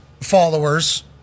followers